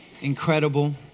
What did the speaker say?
Incredible